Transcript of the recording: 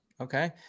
Okay